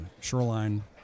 Shoreline